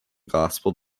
gospel